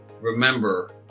remember